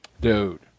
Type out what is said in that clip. Dude